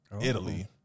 Italy